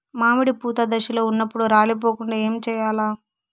మామిడి పూత దశలో ఉన్నప్పుడు రాలిపోకుండ ఏమిచేయాల్ల?